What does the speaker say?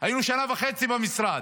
היינו שנה וחצי במשרד,